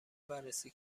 بررسی